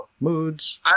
moods